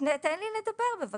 תן לי לדבר, בבקשה.